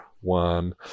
one